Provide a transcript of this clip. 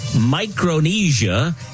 Micronesia